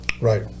Right